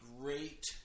great